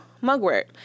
mugwort